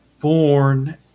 born